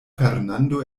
fernando